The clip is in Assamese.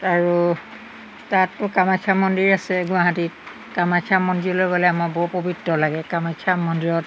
আৰু তাততো কামাখ্যা মন্দিৰ আছে গুৱাহাটীত কামাখ্যা মন্দিৰলৈ গ'লে আমাৰ বৰ পৱিত্ৰ লাগে কামাখ্যা মন্দিৰত